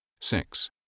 Six